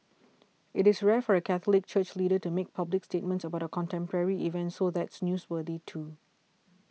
it's rare for a Catholic church leader to make public statements about a contemporary event so that's newsworthy too